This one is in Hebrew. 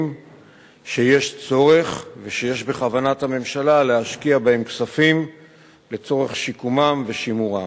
שיש צורך ושיש בכוונת הממשלה להשקיע בהם כספים לצורך שיקומם ושימורם.